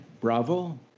Bravo